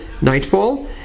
nightfall